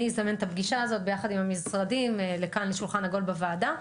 אני אזמן את הפגישה הזאת ביחד עם המשרדים לכאן לשולחן עגול בוועדה,